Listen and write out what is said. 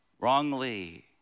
Wrongly